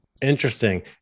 interesting